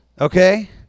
okay